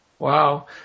Wow